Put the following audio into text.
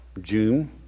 June